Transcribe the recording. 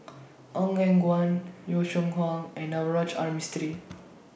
Ong Eng Guan Yong Shu Hoong and Navroji R Mistri